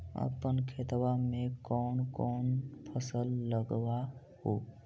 अपन खेतबा मे कौन कौन फसल लगबा हू?